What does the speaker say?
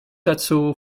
dazu